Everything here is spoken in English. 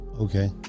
okay